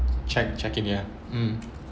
check check in ya mm